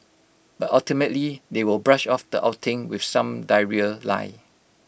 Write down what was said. but ultimately they will brush off the outing with some diarrhoea lie